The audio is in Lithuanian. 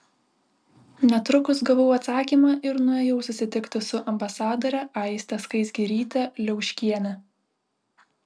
netrukus gavau atsakymą ir nuėjau susitikti su ambasadore aiste skaisgiryte liauškiene